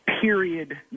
Period